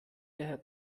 der